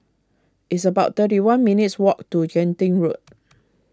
it's about thirty one minutes' walk to Genting Road